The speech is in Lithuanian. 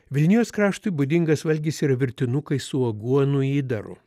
vilnijos kraštui būdingas valgis yra virtinukai su aguonų įdaru